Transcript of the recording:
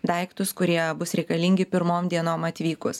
daiktus kurie bus reikalingi pirmom dienom atvykus